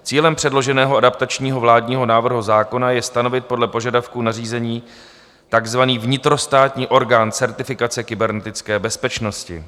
Cílem předloženého adaptačního vládního návrhu zákona je stanovit podle požadavku nařízení takzvaný vnitrostátní orgán certifikace kybernetické bezpečnosti.